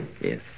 Yes